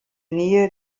nähe